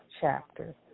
chapter